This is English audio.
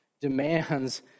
demands